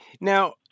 now